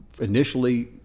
initially